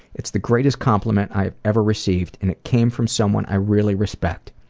it's the greatest compliment i had ever received and it came from someone i really respect.